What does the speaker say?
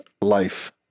life